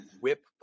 whip